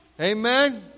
Amen